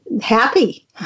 happy